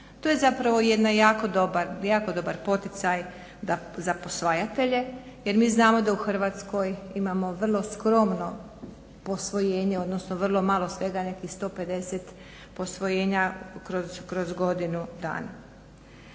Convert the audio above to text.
To je jedan dobar poticaj za posvajatelje, jer mi znamo da u Hrvatskoj imamo vrlo skromno posvojenje odnosno vrlo malo svega nekih 150 posvojenja kroz godinu dana.